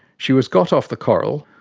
she was got off the coral,